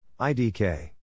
IDK